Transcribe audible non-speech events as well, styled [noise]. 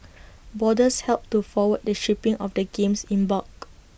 [noise] boarders helped to forward the shipping of the games in bulk